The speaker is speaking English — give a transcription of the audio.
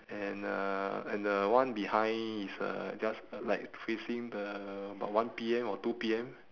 and uh and the one behind is uh just uh like facing the the one P_M or two P_M